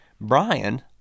Brian